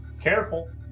Careful